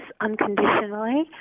unconditionally